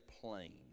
plain